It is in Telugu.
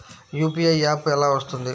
యూ.పీ.ఐ యాప్ ఎలా వస్తుంది?